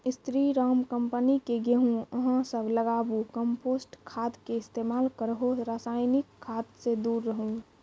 स्री Ram company के गेहूँ अहाँ सब लगाबु कम्पोस्ट खाद के इस्तेमाल करहो रासायनिक खाद से दूर रहूँ?